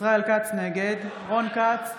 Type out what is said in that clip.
נגד רון כץ,